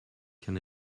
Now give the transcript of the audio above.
can